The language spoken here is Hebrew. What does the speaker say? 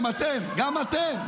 גם אתם.